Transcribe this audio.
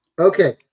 Okay